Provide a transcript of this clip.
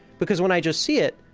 because when i just see it,